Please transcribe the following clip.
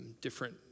different